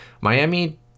Miami